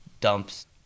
dumps